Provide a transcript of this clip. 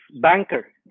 banker